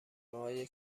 های